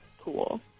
cool